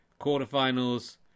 quarterfinals